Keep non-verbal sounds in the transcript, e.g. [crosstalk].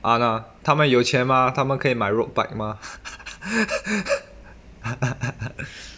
!hanna! 他们有钱吗他们可以买 road bike mah [laughs]